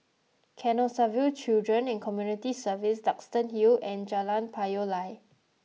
Canossaville Children and Community Services Duxton Hill and Jalan Payoh Lai